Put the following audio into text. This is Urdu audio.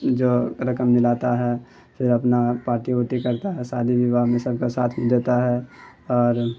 جو رقم دلاتا ہے پھر اپنا پارٹی ووٹی کرتا ہے شادی وواہ میں سب کا ساتھ دیتا ہے اور